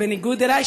בניגוד אלי,